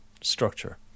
structure